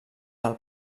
del